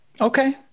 Okay